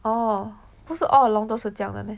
orh 不是 all along 都是这样的 meh